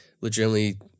legitimately